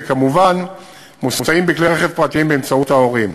וכמובן מוסעים בכלי רכב פרטיים באמצעות ההורים.